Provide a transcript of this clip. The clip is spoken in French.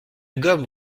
gomme